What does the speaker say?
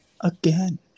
again